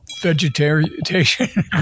vegetation